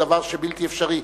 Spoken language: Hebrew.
זהו דבר שהוא בלתי אפשרי.